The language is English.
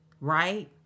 right